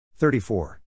34